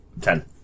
Ten